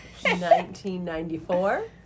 1994